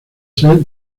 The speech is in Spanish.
ser